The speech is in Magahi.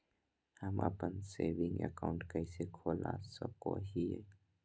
हम अप्पन सेविंग अकाउंट कइसे खोल सको हियै?